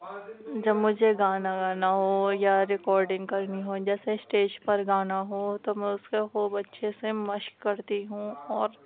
جب مجھے گانا گانا ہو یا ریکارڈنگ کرنی ہو جیسے اسٹیج پر گانا ہو تو میں اس کو خوب اچھے سے مشق کرتی ہوں اور